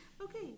Okay